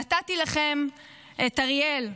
נתתי לכם את אריאל,